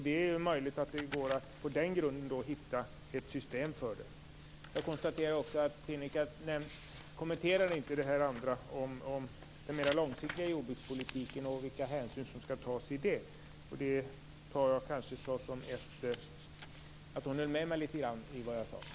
Det är möjligt att det går att på den grunden hitta ett system för det. Jag konstaterar också att Sinikka Bohlin inte kommenterar frågan om den mer långsiktiga jordbrukspolitiken och vilka hänsyn man skall ta. Det ser jag som att hon är med mig litet grand i det jag sade.